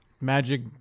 Magic